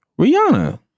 Rihanna